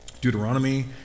Deuteronomy